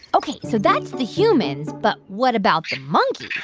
ok, so that's the humans. but what about the monkeys?